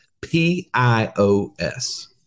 P-I-O-S